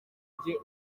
ujye